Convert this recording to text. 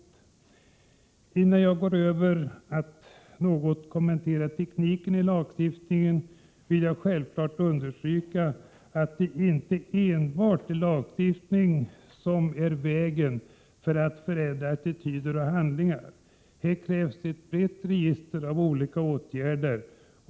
RM Innan jag övergår till att något kommentera tekniken i lagstiftningen, vill jag understryka att det självfallet inte är enbart lagstiftning som är vägen till att förändra attityder och handlingssätt. Här krävs ett brett register av olika åtgärder.